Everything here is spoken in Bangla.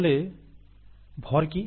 তাহলে ভর কি